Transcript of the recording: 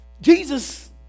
Jesus